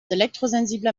elektrosensibler